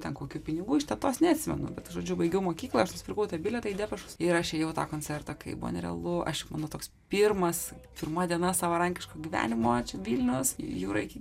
ten kokių pinigų iš tetos neatsimenu bet žodžiu baigiau mokyklą aš nusipirkau bilietą į depešus ir aš ėjau į tą koncertą kai buvo nerealu aš mano toks pirmas pirma diena savarankiško gyvenimo čia vilnius jūra iki